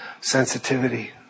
Sensitivity